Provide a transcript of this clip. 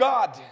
God